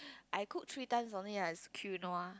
I cook three times only ah it's quinoa